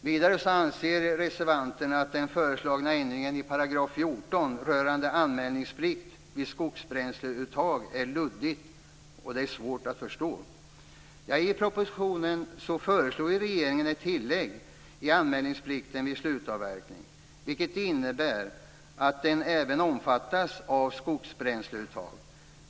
Vidare anser reservanterna att den föreslagna ändringen i 14 § rörande anmälningsplikt vid skogsbränsleuttag är luddig och svår att förstå. I propositionen föreslår regeringen ett tillägg i anmälningsplikten vid slutavverkning, vilket innebär att den även omfattas av skogsbränsleuttag.